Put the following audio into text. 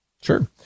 sure